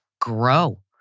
grow